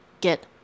Get